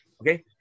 okay